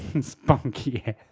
Spunky